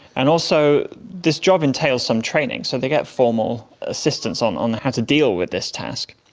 and also this job entails some training, so they get formal assistance on on how to deal with this task.